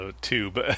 tube